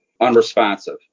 unresponsive